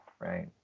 right